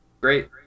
Great